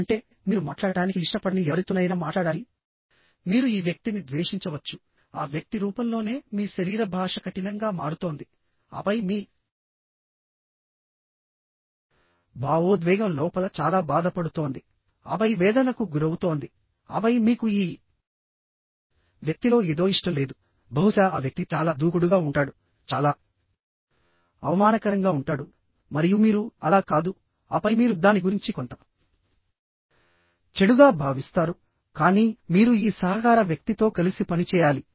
అంటే మీరు మాట్లాడటానికి ఇష్టపడని ఎవరితోనైనా మాట్లాడాలిమీరు ఈ వ్యక్తిని ద్వేషించవచ్చు ఆ వ్యక్తి రూపంలోనే మీ శరీర భాష కఠినంగా మారుతోంది ఆపై మీ భావోద్వేగం లోపల చాలా బాధపడుతోంది ఆపై వేదనకు గురవుతోంది ఆపై మీకు ఈ వ్యక్తిలో ఏదో ఇష్టం లేదు బహుశా ఆ వ్యక్తి చాలా దూకుడుగా ఉంటాడు చాలా అవమానకరంగా ఉంటాడు మరియు మీరు అలా కాదు ఆపై మీరు దాని గురించి కొంత చెడుగా భావిస్తారు కానీ మీరు ఈ సహకార వ్యక్తితో కలిసి పనిచేయాలి